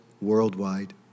worldwide